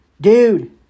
dude